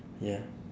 ya